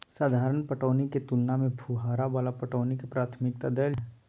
साधारण पटौनी के तुलना में फुहारा वाला पटौनी के प्राथमिकता दैल जाय हय